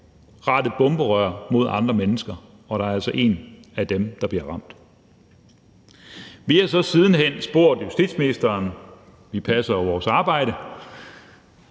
rettet bomberør mod andre mennesker, og hvor en af dem altså bliver ramt. Vi har så siden hen spurgt justitsministeren – vi passer jo vores arbejde